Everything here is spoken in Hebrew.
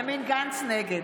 נגד